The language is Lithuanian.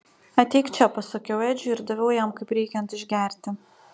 ateik čia pasakiau edžiui ir daviau jam kaip reikiant išgerti